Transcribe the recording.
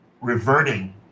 reverting